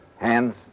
Hands